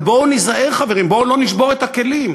אבל בואו ניזהר, חברים, בואו לא נשבור את הכלים,